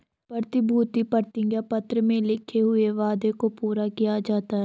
प्रतिभूति प्रतिज्ञा पत्र में लिखे हुए वादे को पूरा किया जाता है